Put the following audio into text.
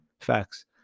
facts